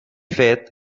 fet